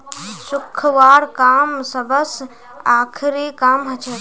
सुखव्वार काम सबस आखरी काम हछेक